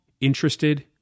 interested